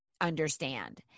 understand